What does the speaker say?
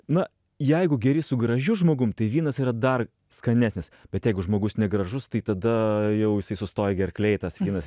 na jeigu geri su gražiu žmogum tai vynas yra dar skanesnis bet jeigu žmogus negražus tai tada jau jisai sustoja gerklėj tas vynas